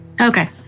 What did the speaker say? Okay